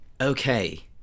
okay